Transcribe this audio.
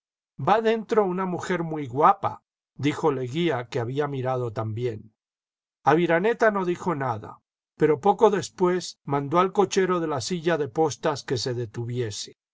va dentro una mujer muy guapa dijo leguía que había mirado también aviraneta no dijo nada pero poco después mandó al cochero de la silla de postas que se detuviese